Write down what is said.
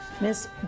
Miss